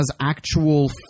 actual